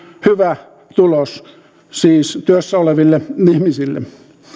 hyvä tulos siis työssä oleville ihmisille